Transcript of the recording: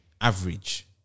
average